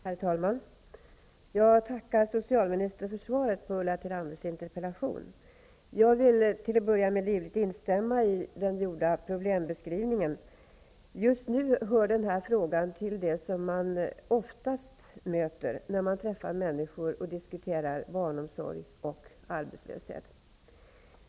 Herr talman! Jag tackar socialministern för svaret på Ulla Tillanders interpellation. Jag vill till att börja med livligt instämma i den gjorda problembeskrivningen. Just nu hör den här frågan till det som man oftast möter när man träffar människor och diskuterar barnomsorg och arbetslöshet.